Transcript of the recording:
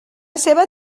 seva